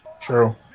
True